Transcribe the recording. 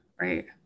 Right